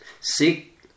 seek